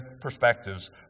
Perspectives